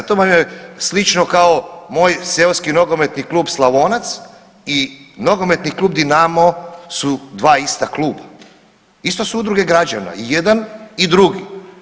To vam je slično kao moj seoski Nogometni klub Slavonac i Nogometni klub Dinamo su dva ista kluba, isto su udruge građana i jedan i drugi.